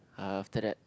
after that